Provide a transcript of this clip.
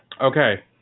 Okay